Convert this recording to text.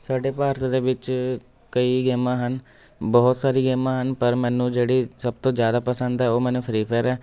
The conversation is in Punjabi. ਸਾਡੇ ਭਾਰਤ ਦੇ ਵਿੱਚ ਕਈ ਗੇਮਾਂ ਹਨ ਬਹੁਤ ਸਾਰੀ ਗੇਮਾਂ ਹਨ ਪਰ ਮੈਨੂੰ ਜਿਹੜੀ ਸਭ ਤੋਂ ਜ਼ਿਆਦਾ ਪਸੰਦ ਹੈ ਉਹ ਮੈਨੂੰ ਫਰੀ ਫਾਇਰ ਹੈ